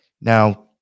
Now